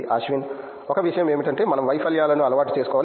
అశ్విన్ ఒక విషయం ఏమిటంటే మనం వైఫల్యాలను అలవాటు చేసుకోవాలి